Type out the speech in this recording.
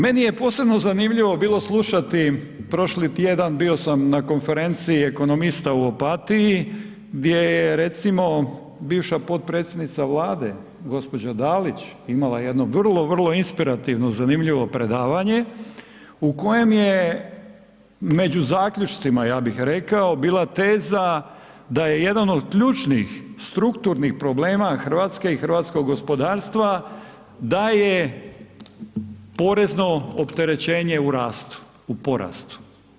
Meni je posebno zanimljivo bilo slušati prošli tjedan, bio sam na konferenciji ekonomista u Opatiji gdje je recimo bivša potpredsjednica Vlade, gđa. Dalić imala jedno vrlo, vrlo inspirativno zanimljivo predavanje, u kojem je među zaključcima ja bih rekao, bila teza da je jedan od ključnih strukturnih problema Hrvatske i hrvatskog gospodarstva da je porezno opterećenje u rastu, u porastu.